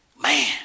Man